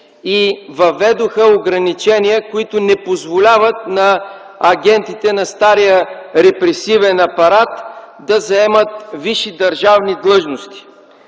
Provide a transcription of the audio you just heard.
Въведоха ограничения, които не позволяват на агентите на стария репресивен апарат да заемат висши държавни длъжности.